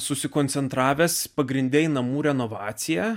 susikoncentravęs pagrinde į namų renovacija